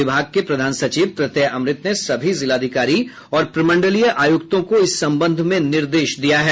विभाग के प्रधान सचिव प्रत्यय अमृत ने सभी जिलाधिकारी और प्रमंडलीस आयुक्तों को इस संबंध में निर्देश दिया है